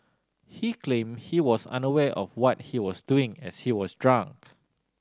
he claimed he was unaware of what he was doing as he was drunk